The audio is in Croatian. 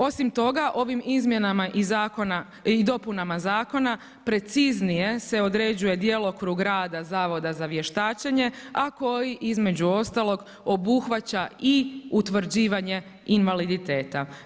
Osim toga, ovim izmjenama i dopuna zakona, preciznije se određuje djelokrug rada Zavoda za vještačenje a koji između ostalog, obuhvaća i utvrđivanje invaliditeta.